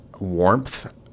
warmth